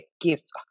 gifts